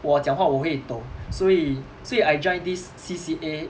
我讲话我会抖所以所以 I joined this C_C_A